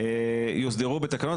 יוסדרו בתקנות,